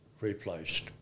replaced